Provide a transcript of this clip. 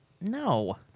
No